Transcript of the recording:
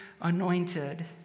anointed